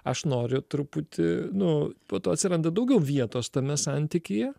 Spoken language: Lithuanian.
aš noriu truputį nu po to atsiranda daugiau vietos tame santykyje